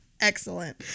excellent